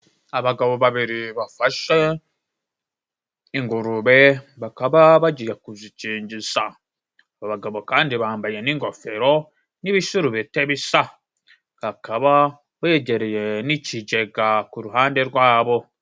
Abagabo babiri bafashe ingurube bakaba bagiye kuzikingiza. Aba bagabo kandi bambaye n'ingofero n'ibisurubeti bisa. Bakaba begereye n'ikigega ku ruhande rwabo.